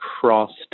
crossed